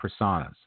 personas